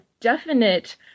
definite